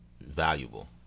valuable